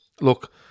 look